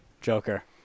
Joker